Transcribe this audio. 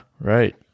right